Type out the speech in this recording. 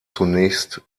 zunächst